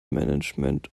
management